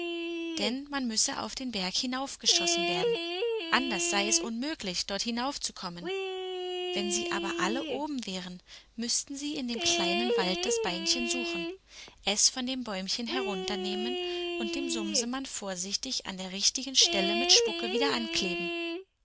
denn man müsse auf den berg hinaufgeschossen werden anders sei es unmöglich dort hinaufzukommen wenn sie aber alle oben wären müßten sie in dem kleinen wald das beinchen suchen es von dem bäumchen herunternehmen und dem sumsemann vorsichtig an der richtigen stelle mit spucke wieder ankleben